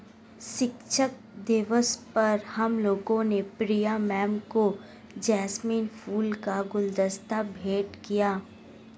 शिक्षक दिवस पर हम लोगों ने प्रिया मैम को जैस्मिन फूलों का गुलदस्ता भेंट किया